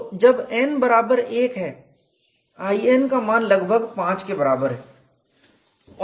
तो जब n बराबर 1 है In का मान लगभग 5 के बराबर है